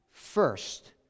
First